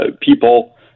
people